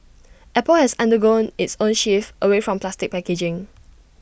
apple has undergone its own shift away from plastic packaging